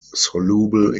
soluble